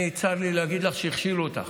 צר לי להגיד לך שהכשילו אותך,